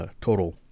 total